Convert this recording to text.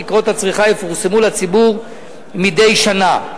תקרות הצריכה יפורסמו לציבור מדי שנה.